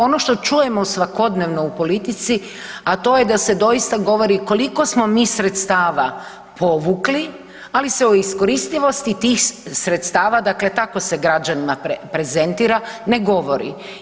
Ono što čujemo svakodnevno u politici, a to je da se doista govori koliko smo mi sredstava povukli, ali se o iskoristivosti tih sredstava, dakle tako se građanima prezentira, ne govori.